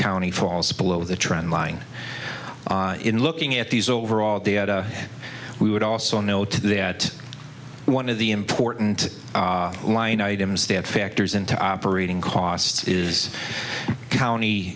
county falls below the trend line in looking at these overall data we would also note that one of the important line items that factors into operating costs is county